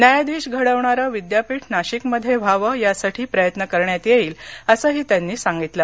न्यायाधीश घडवणारं विद्यापीठ नाशिकमध्ये व्हावं यासाठी प्रयत्न करण्यात येईल असंही त्यांनी सांगितलं